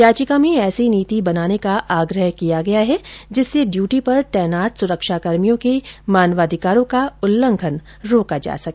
याचिका में ऐसी नीति बनाने का आग्रह किया गया है जिससे ड्यूटी पर तैनात सुरक्षाकर्मियों के मानवाधिकारों का उल्लंघन रोका जा सके